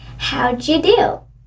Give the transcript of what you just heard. how'd you do?